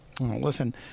Listen